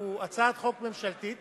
הוא הצעת חוק ממשלתית